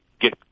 get